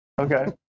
Okay